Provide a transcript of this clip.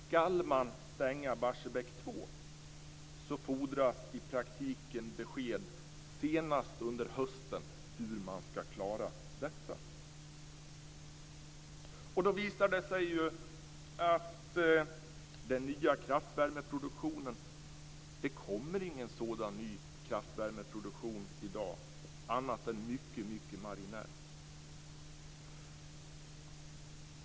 Om man skall stänga Barsebäck 2 fordras i praktiken besked senast under hösten om hur man skall klara detta. Men det kommer ingen ny kraftvärmeproduktion i dag annat än mycket marginellt.